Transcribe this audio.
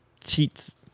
cheats